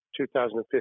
2015